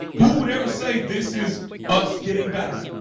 who would ever say this is us getting better?